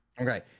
Okay